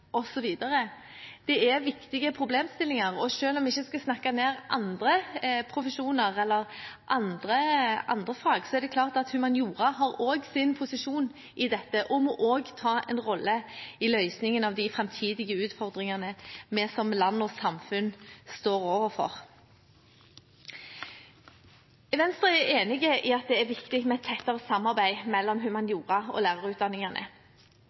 osv. Det er viktige problemstillinger, og selv om vi ikke skal snakke ned andre profesjoner eller andre fag, er det klart at humaniora også har sin posisjon i dette og må ta en rolle i løsningen av de framtidige utfordringene vi som land og samfunn står overfor. Venstre er enig i at det er viktig med tettere samarbeid mellom humaniora og lærerutdanningene.